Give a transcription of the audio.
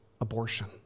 abortion